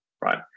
right